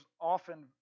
often